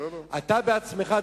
אתה עצמך,